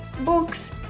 books